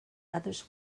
others